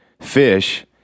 fish